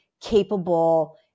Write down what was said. capable